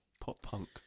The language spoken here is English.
pop-punk